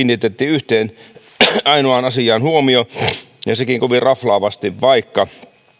kiinnitätte yhteen ainoaan asiaan huomiota ja siihenkin kovin raflaavasti vaikka